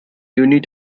unit